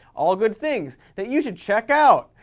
all good things that you should check out.